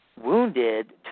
wounded